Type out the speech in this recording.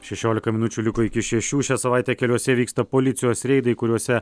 šešiolika minučių liko iki šešių šią savaitę keliuose vyksta policijos reidai kuriuose